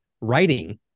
writing